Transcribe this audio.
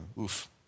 Oof